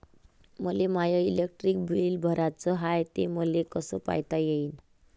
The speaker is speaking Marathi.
मले माय इलेक्ट्रिक बिल भराचं हाय, ते मले कस पायता येईन?